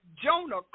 Jonah